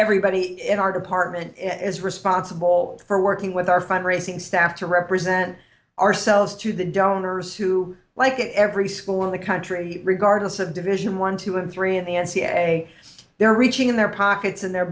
everybody in our department is responsible for working with our fundraising staff to represent ourselves to the donors who like every school in the country regardless of division one two and three in the n c a a they're reaching in their pockets and they're